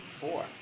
four